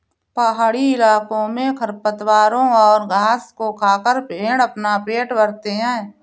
पहाड़ी इलाकों में खरपतवारों और घास को खाकर भेंड़ अपना पेट भरते हैं